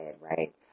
right